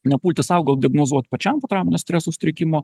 nepulti sau gal diagnozuot pačiam potrauminio streso sutrikimo